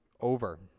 over